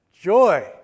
joy